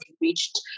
reached